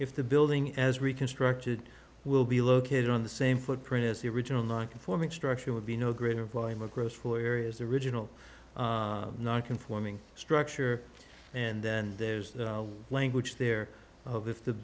if the building as reconstructed will be located on the same footprint as the original non conforming structure would be no greater volume across four areas the original non conforming structure and then there's the language there of if the